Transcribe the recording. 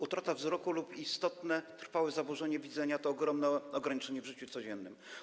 Utrata wzroku lub istotne trwałe zaburzenie widzenia stanowią ogromne ograniczenie w życiu codziennym.